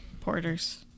porters